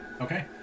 Okay